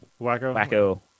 Wacko